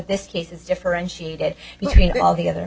this case is differentiated between all the other